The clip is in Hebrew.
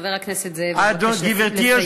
חבר הכנסת זאב, נא לסיים.